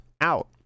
out